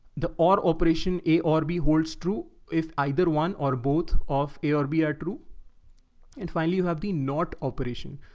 the operation a or b holds true if either one or ah both of a or b are true and finally you have the not operation,